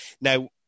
Now